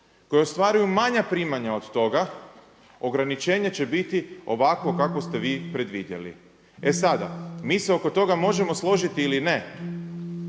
koje ostvaruju manja primanja od toga ograničenje će biti ovakvo kakvo ste vi predvidjeli. E sada, mi se oko toga možemo složiti ili ne,